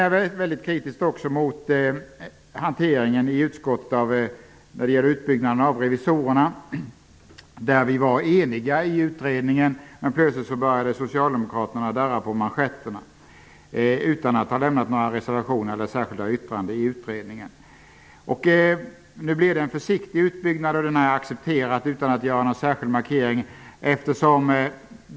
Jag är oerhört kritisk mot hanteringen i utskottet när det gäller utbyggnaden av Riksdagens revisorers organisation. Vi var eniga i utredningen. Plötsligt började socialdemokraterna darra på manschetterna utan att ha lämnat några reservationer eller särskilda yttranden i utredningen. Nu blir det en försiktig utbyggnad, och det har jag accepterat utan någon särskild markering.